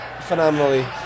phenomenally